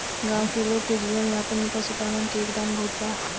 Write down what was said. गाँव के लोग के जीवन यापन में पशुपालन के योगदान बहुत बा